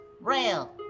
Rail